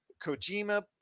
Kojima